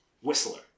whistler